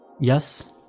Yes